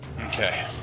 Okay